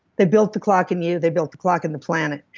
they built the clock in you. they built the clock in the planet.